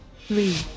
three